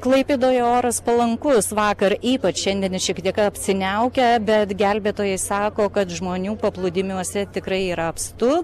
klaipėdoje oras palankus vakar ypač šiandien šiek tiek apsiniaukę bet gelbėtojai sako kad žmonių paplūdimiuose tikrai yra apstu